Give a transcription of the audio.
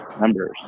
members